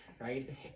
right